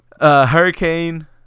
Hurricane